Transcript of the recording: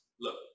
look